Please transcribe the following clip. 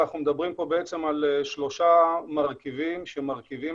אנחנו מדברים על שלושה מרכיבים שמרכיבים